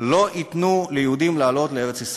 ייתנו ליהודים לעלות לארץ-ישראל.